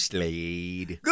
Slade